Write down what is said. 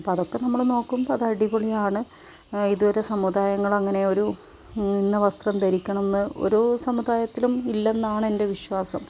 അപ്പോൾ അതൊക്കെ നമ്മൾ നോക്കുമ്പോൾ അത് അടിപൊളിയാണ് ഇത് ഒരു സമുദായങ്ങൾ അങ്ങനെ ഒരു ഇന്ന വസ്ത്രം ധരിക്കണമെന്ന് ഓരോ സമുദായത്തിലും ഇല്ലെന്നാണ് എൻ്റെ വിശ്വാസം